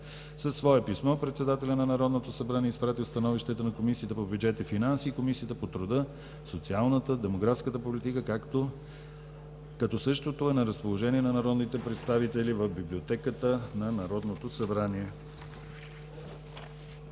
Със свое писмо председателят на Народното събрание изпрати становището на Комисията по бюджет и финанси и Комисията по труда, социалната и демографската политика, като същото е на разположение на народните представители в Библиотеката на Народното събрание.